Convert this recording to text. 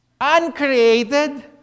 uncreated